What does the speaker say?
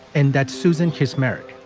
and that's susan, his meric.